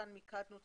כאן מיקדנו את